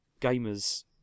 gamers